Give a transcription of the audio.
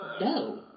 no